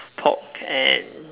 pork and